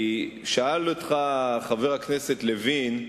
שאל אותך חבר הכנסת לוין,